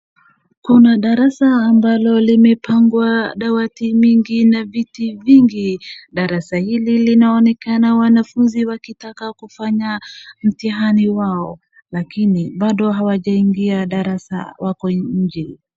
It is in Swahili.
Kuna darasa ambalo limepangwa dawati mingi na viti vingi, darasa hili linaonekana wanafunzi wakitaka kufanya mtihani wao lakini bado hawajaingia darasa wako nje.